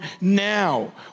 now